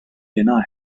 denied